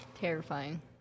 terrifying